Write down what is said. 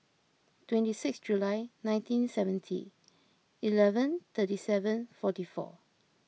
twenty six July nineteen seventy eleven thirty seven forty four